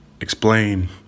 explain